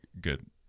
good